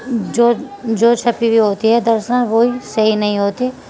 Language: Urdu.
جو جو چھپی ہوئی ہوتی ہے دراصل وہی صحیح نہیں ہوتی